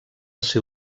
ser